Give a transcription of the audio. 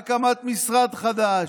הקמת משרד חדש,